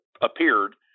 appeared